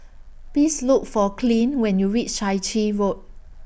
Please Look For Clint when YOU REACH Chai Chee Road